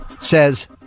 says